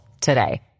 today